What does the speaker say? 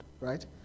right